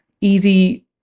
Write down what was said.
easy